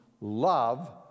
love